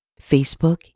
Facebook